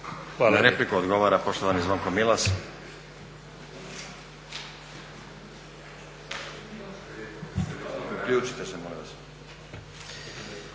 Na repliku odgovara poštovani Zvonko Milas. Uključite se, molim vas.